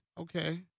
okay